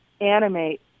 animate